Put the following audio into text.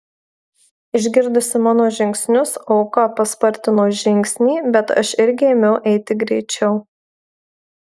išgirdusi mano žingsnius auka paspartino žingsnį bet aš irgi ėmiau eiti greičiau